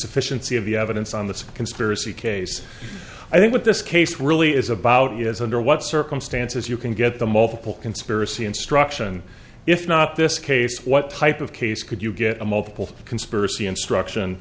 sufficiency of the evidence on the conspiracy case i think what this case really is about is under what circumstances you can get the multiple conspiracy instruction if not this case what type of case could you get a multiple for conspiracy instruction